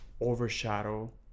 overshadow